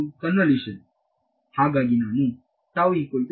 ಅದು ಕನ್ವಲ್ಯುಶನ್